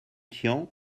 tian